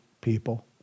people